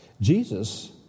Jesus